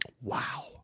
Wow